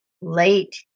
late